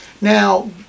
Now